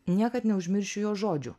niekad neužmiršiu jo žodžių